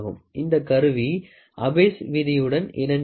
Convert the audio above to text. இந்த கருவி அபிஸ் விதியுடன்Abbe's law இணங்குகிறது